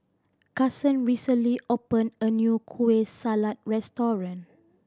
Kasen recently opened a new Kueh Salat restaurant